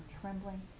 trembling